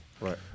Right